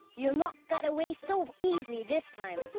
you'll not get away so easily this time!